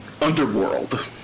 Underworld